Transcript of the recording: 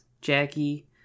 Jackie